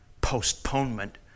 postponement